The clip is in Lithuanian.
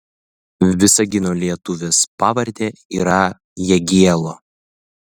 visagino lietuvės pavardė yra jagielo